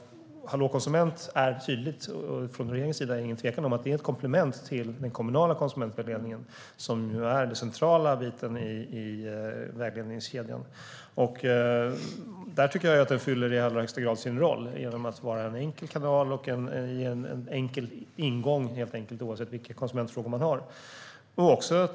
Från regeringens sida finns det ingen tvekan om att Hallå konsument är ett komplement till den kommunala konsumentvägledningen, som ju är den centrala biten i vägledningskedjan. Hallå konsument fyller i allra högsta grad sin roll genom att vara en enkel kanal och ge en enkel ingång, oavsett vilka konsumentfrågor man har.